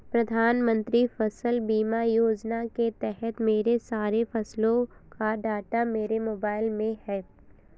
प्रधानमंत्री फसल बीमा योजना के तहत मेरे सारे फसलों का डाटा मेरे मोबाइल में है